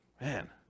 man